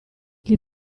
gli